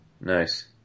Nice